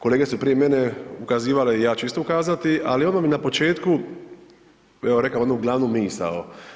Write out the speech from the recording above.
Kolege su prije mene ukazivali i ja ću isto ukazati, ali odmah bi na početku rekao onu glavnu misao.